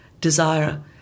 desire